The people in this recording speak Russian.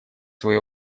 свое